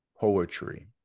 poetry